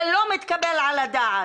זה לא מתקבל על הדעת.